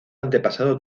antepasado